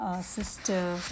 Sister